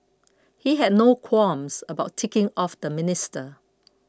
he had no qualms about ticking off the minister